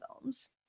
films